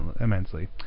immensely